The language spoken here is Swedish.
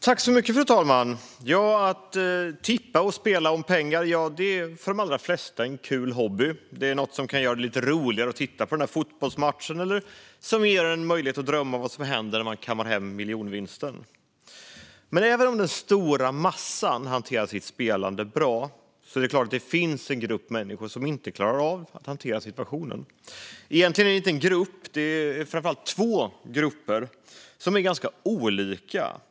Fru talman! Att tippa och spela om pengar är för de allra flesta en kul hobby. Det är något som kan göra det lite roligare att titta på den där fotbollsmatchen eller som ger möjlighet att drömma om vad som händer när man kammar hem miljonvinsten. Men även om den stora massan hanterar sitt spelande bra finns det en grupp människor som inte riktigt klarar av situationen. Egentligen är det inte en utan två grupper, som är ganska olika.